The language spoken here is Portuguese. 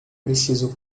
preciso